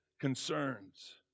concerns